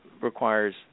requires